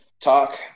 talk